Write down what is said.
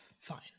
Fine